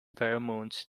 pheromones